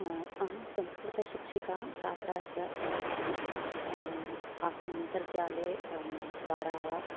अहं संस्कृतशिक्षिका छात्रा च अस्मि अहम् अन्तर्जालद्वारा वा